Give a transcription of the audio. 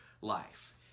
life